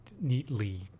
neatly